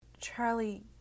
Charlie